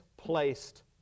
Placed